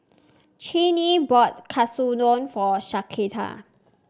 Cheyenne bought Katsudon for Shasta